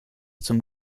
zum